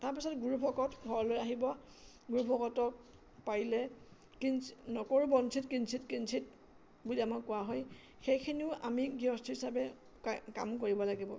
তাৰপিছত গুৰু ভকত ঘৰলৈ আহিব গুৰু ভকতক পাৰিলে কি নকৰোঁ বঞ্চিত কিঞ্চিত কিঞ্চিত বুলি আমাৰ কোৱা হয় সেইখিনিও আমি গৃহস্থ হিচাপে কাম কৰিব লাগিব